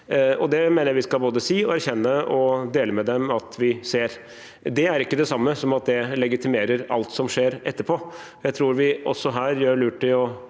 Det mener jeg vi både skal si, erkjenne og dele med dem at vi ser. Det er ikke det samme som at det legitimerer alt som skjer etterpå. Jeg tror vi også her gjør lurt i å